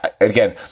again